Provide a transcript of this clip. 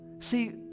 See